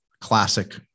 classic